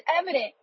evident